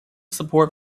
support